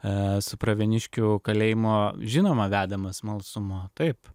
esu pravieniškių kalėjimo žinoma vedamas smalsumo taip